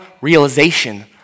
realization